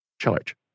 charge